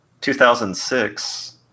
2006